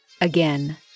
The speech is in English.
again